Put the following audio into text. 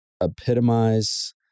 epitomize